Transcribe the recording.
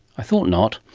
i thought not.